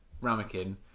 ramekin